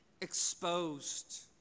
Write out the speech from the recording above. exposed